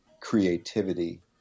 creativity